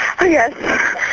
Yes